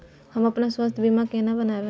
हम अपन स्वास्थ बीमा केना बनाबै?